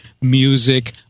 music